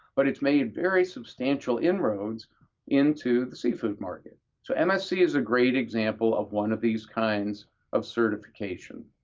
but it's made very substantial inroads into the seafood market. so and msc is a great example of one of these kinds of certification.